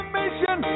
mission